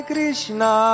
Krishna